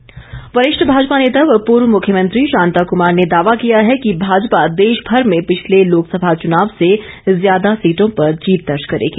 शांता क्मार वरिष्ठ भाजपा नेता व पूर्व मुख्यमंत्री शांता क्मार ने दावा किया है कि भाजपा देश भर में पिछले लोकसभा चुनाव से ज्यादा सीटों पर जीत दर्ज करेगी